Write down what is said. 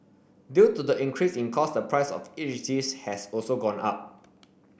due to the increase in cost the price of each dish has also gone up